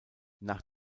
nach